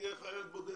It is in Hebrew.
תהיה חיילת בודדת.